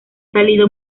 salido